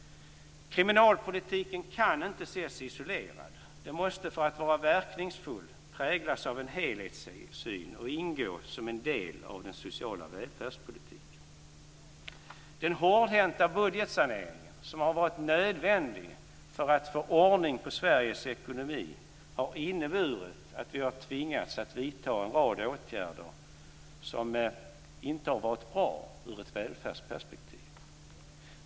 Kriminalpolitiken kan inte ses isolerad. Den måste för att vara verkningsfull präglas av en helhetssyn och ingå som en del av den sociala välfärdspolitiken. Den hårdhänta budgetsaneringen som har varit nödvändig för att få ordning på Sveriges ekonomi har inneburit att vi har tvingats att vidta en rad åtgärder som inte har varit bra ur ett välfärdsperspektiv.